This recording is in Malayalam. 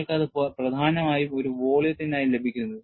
നിങ്ങൾക്കത് പ്രധാനമായും ഒരു വോള്യത്തിനായി ലഭിക്കുന്നു